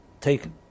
taken